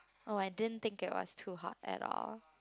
oh I didn't think it was too hot at all